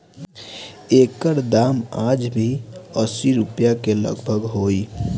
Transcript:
एकर दाम आज भी असी रुपिया के लगभग होई